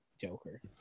Joker